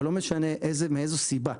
ולא משנה מאיזו סיבה,